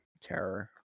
Terror